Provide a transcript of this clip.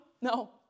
No